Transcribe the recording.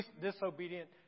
disobedient